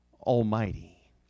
Almighty